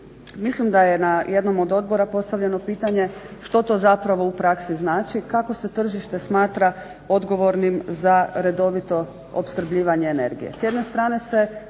Mislim da je na jednom od odbora postavljeno pitanje što to zapravo u praksi znači i kako se tržište smatra odgovornim za redovito opskrbljivanje energije.